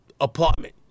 apartment